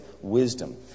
wisdom